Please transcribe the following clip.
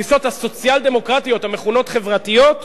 התפיסות הסוציאל-דמוקרטיות, המכונות "חברתיות",